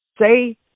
Say